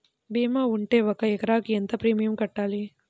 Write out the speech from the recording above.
భీమా ఉంటే ఒక ఎకరాకు ఎంత ప్రీమియం కట్టాలి?